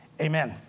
Amen